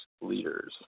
leaders